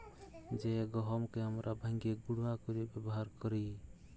জ্যে গহমকে আমরা ভাইঙ্গে গুঁড়া কইরে ব্যাবহার কৈরি